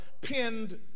pinned